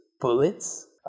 bullets